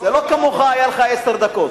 זה לא כמוך, היו לך עשר דקות.